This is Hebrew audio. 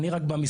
אני רק במשרד.